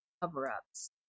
cover-ups